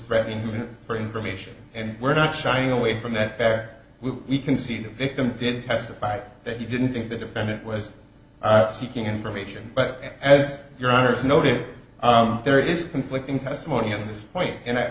threatening him for information and we're not shying away from that fact we can see the victim did testify that he didn't think the defendant was seeking information but as your honour's noted there is conflicting testimony on this point and